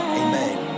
amen